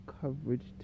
coverage